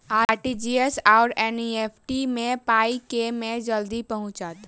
RTGS आओर NEFT मे पाई केँ मे जल्दी पहुँचत?